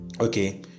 okay